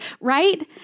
right